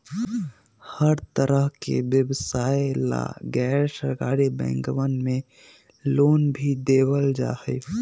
हर तरह के व्यवसाय ला गैर सरकारी बैंकवन मे लोन भी देवल जाहई